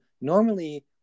normally –